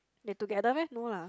they together meh no lah